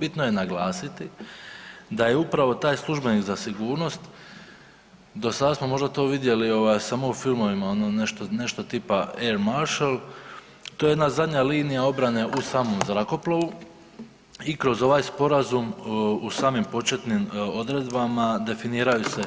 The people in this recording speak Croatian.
Bitno je naglasiti da je upravo taj službenik za sigurnost do sada smo to možda vidjeli ovaj, samo u filmovima, ono nešto, nešto tipa air marshal, to je jedna zadnja linija obrane u samom zrakoplovu i kroz ovaj sporazum u samim početnim odredbama definiraju se